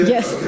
Yes